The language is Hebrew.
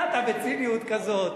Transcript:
מה, אתה בציניות כזאת.